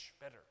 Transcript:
better